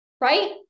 right